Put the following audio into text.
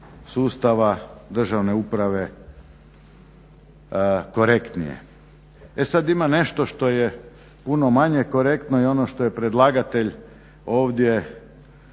sustava državne uprave korektnije. E sada ima nešto što je puno manje korektno i ono što je predlagatelj ovdje